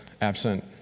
absent